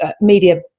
media